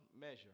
measure